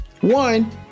one